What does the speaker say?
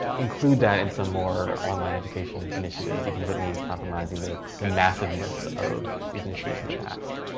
include that in some more online education initiatives, even if it means compromising the the massiveness of these and issues in the past.